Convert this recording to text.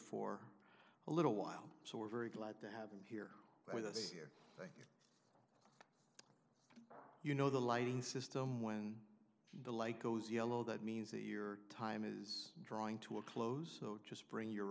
for a little while so we're very glad to have him here with us here you know the lighting system when the light goes yellow that means that your time is drawing to a close so just bring your